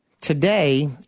Today